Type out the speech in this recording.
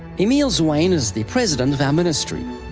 emeal zwayne is the president of our ministry.